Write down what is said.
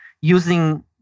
using